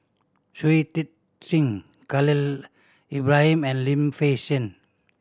Shui Tit Sing Khalil Ibrahim and Lim Fei Shen